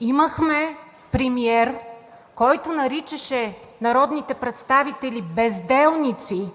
Имахме премиер, който наричаше народните представители „безделници“,